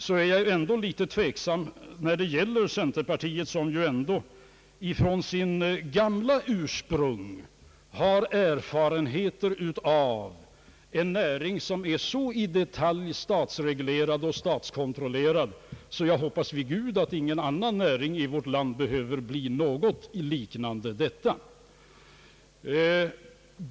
Jag är faktiskt litet undrande när det gäller centerpartiet, som ju ändå ifrån sitt ursprung har erfarenheter av en näring så i detalj statsreglerad och statskontrollerad, att jag vid gud hoppas att ingen annan näring i vårt land skall behöva bli föremål för någonting liknande!